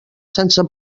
sense